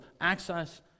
access